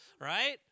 Right